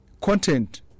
content